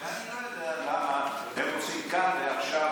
ואני לא יודע למה הם רוצים את הכול כאן ועכשיו.